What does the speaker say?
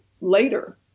later